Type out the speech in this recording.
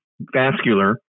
vascular